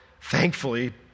thankfully